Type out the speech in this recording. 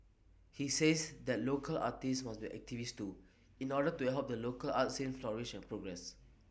he says that local artists must be activists too in order to help the local art scene flourish and progress